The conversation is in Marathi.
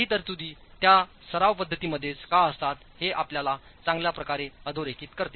काही तरतुदी त्या सराव पद्धतीमध्येच का असतातहे आपल्याला चांगल्या प्रकारे अधोरेखितकरते